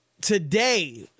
today